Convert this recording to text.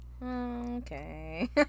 Okay